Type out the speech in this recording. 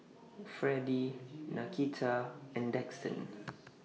Freddy Nakita and Daxton